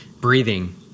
breathing